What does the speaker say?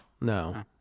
no